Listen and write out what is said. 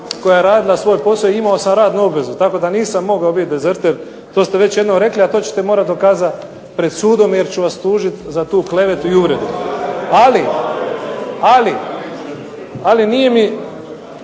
koja je radila svoj posao. Imao sam radnu obvezu. Tako da nisam mogao biti dezerter. To ste već jednom rekli a to ćete morati dokazati pred sudom, jer ću vas tužiti za tu klevetu i uvredu. Ali nije mi